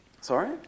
Sorry